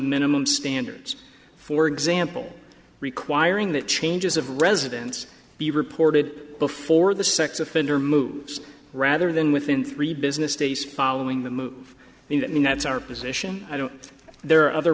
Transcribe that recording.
minimum standards for example requiring that changes of residence be reported before the sex offender moves rather than within three business days following the move and it mean that's our position i don't there are other